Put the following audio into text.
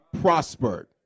prospered